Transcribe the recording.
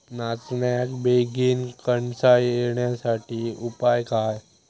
नाचण्याक बेगीन कणसा येण्यासाठी उपाय काय?